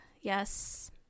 Yes